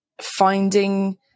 finding